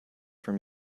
from